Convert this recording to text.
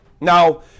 Now